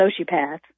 sociopath